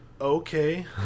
Okay